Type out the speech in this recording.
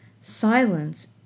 Silence